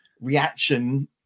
reaction